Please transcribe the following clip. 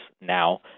now